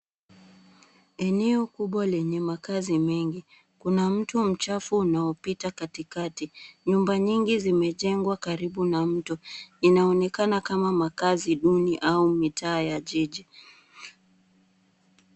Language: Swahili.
Eneo kubwa lenye makazi mengi. Kuna mto mchafu unaopita katikati. Nyumba nyingi zimejengwa karibu na mto. Inaonekana kama makazi duni au mitaa ya jiji.